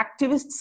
activists